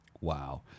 Wow